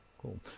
cool